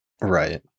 Right